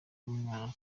umwana